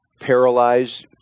paralyzed